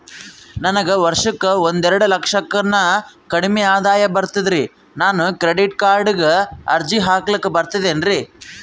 ನನಗ ವರ್ಷಕ್ಕ ಒಂದೆರಡು ಲಕ್ಷಕ್ಕನ ಕಡಿಮಿ ಆದಾಯ ಬರ್ತದ್ರಿ ನಾನು ಕ್ರೆಡಿಟ್ ಕಾರ್ಡೀಗ ಅರ್ಜಿ ಹಾಕ್ಲಕ ಬರ್ತದೇನ್ರಿ?